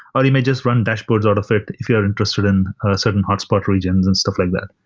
or you may just run dashboards out of it if you are interested in certain hotspot regions and stuff like that.